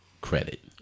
credit